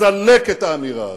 סלק את האמירה הזו.